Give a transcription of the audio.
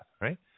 right